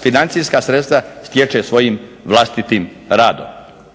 financijska sredstva stječe svojim vlastitim radom.